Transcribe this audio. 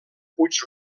puig